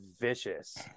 vicious